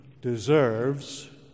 deserves